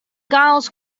giles